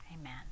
Amen